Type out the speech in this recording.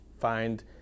find